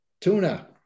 tuna